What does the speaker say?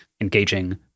engaging